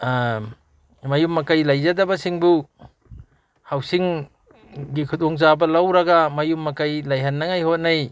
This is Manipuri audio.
ꯃꯌꯨꯝ ꯃꯀꯩ ꯂꯩꯖꯗꯕꯁꯤꯡꯕꯨ ꯍꯥꯎꯁꯤꯡꯒꯤ ꯈꯨꯗꯣꯡ ꯆꯥꯕ ꯂꯧꯔꯒ ꯃꯌꯨꯝ ꯃꯀꯩ ꯂꯩꯍꯟꯅꯉꯥꯏ ꯍꯣꯠꯅꯩ